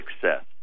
success